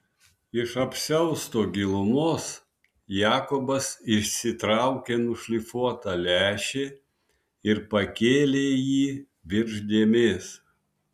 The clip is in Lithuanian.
iš apsiausto gilumos jakobas išsitraukė nušlifuotą lęšį ir pakėlė jį virš dėmės